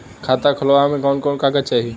खाता खोलवावे में कवन कवन कागज चाही?